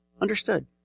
Understood